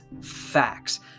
facts